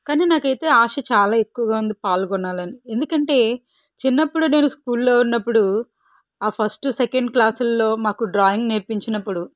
కానీ నాకైతే ఆశ చాలా ఎక్కువగా ఉంది పాల్గొనాలని ఎందుకంటే చిన్నప్పుడు నేను స్కూల్లో ఉన్నప్పుడు ఆ ఫస్ట్ సెకెండ్ క్లాసుల్లో మాకు డ్రాయింగ్ నేర్పించినప్పుడు